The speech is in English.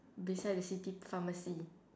beside the city pharmacy